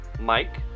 Mike